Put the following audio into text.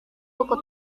buku